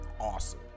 Awesome